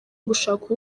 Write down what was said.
gushaka